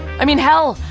i mean hell,